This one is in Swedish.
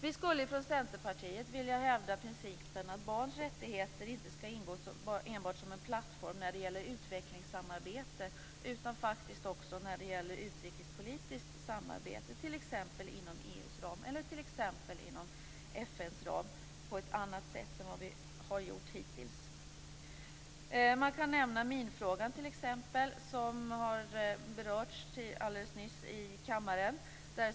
Vi från Centerpartiet vill hävda principen att barns rättigheter inte skall ingå enbart som en plattform när det gäller utvecklingssamarbete, utan också när det gäller utrikespolitiskt samarbete, t.ex. inom EU:s eller inom FN:s ram på ett annat sätt än hittills. Som exempel kan nämnas minfrågan, som berördes alldeles nyss här i kammaren.